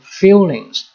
feelings